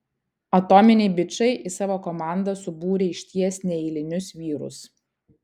atominiai bičai į savo komandą subūrė išties neeilinius vyrus